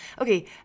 Okay